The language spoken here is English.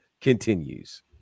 continues